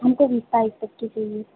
हमको बीस तारीख तक की चहिए थे